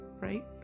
Right